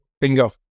Bingo